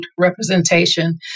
Representation